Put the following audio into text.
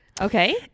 Okay